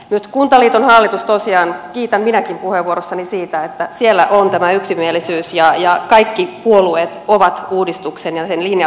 nyt kuntaliiton hallituksessa tosiaan kiitän minäkin puheenvuorossani siitä on tämä yksimielisyys ja kaikki puolueet ovat uudistuksen ja sen linjausten takana